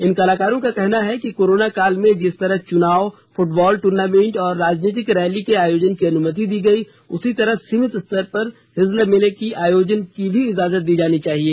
इन कलाकारों का कहना है कि कोरोना काल में जिस तरह चुनाव फुटबॉल टूर्नामेंट और राजनीतिक रैली के आयोजन की अनुमति दी गयी उसी तरह सीमित स्तर पर ही हिजला मेले के आयोजन की भी इजाजत दी जानी चाहिए